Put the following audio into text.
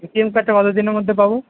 এ T M কার্ডটা কত দিনের মধ্যে পাবো